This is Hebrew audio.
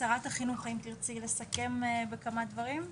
שרת החינוך, האם תרצי לסכם בכמה דברים?